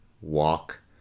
walk